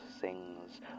sings